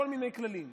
כל מיני כללים,